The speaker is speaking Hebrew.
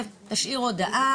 תשאיר הודעה.